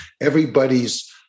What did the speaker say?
everybody's